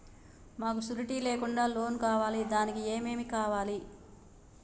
మాకు షూరిటీ లేకుండా లోన్ కావాలి దానికి ఏమేమి కావాలి?